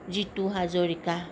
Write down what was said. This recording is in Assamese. জিতু হাজৰিকা